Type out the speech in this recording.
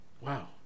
wow